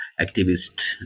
activist